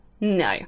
No